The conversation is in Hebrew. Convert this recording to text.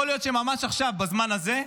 יכול להיות שממש עכשיו, בזמן הזה,